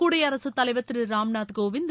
குடியரசுத் தலைவர் திரு ராம் நாத் கோவிந்த்